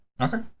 Okay